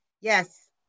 Yes